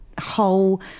whole